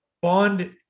bond